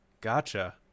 Gotcha